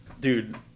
Dude